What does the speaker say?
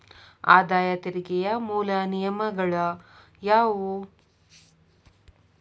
ಆದಾಯ ತೆರಿಗೆಯ ಮೂಲ ನಿಯಮಗಳ ಯಾವು